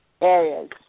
areas